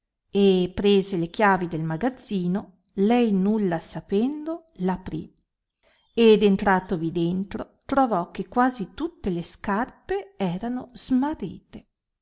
e prese le chiavi del magazzino lei nulla sapendo l'aprì ed entratovi dentro trovò che quasi tutte le scarpe erano smarrite